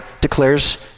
declares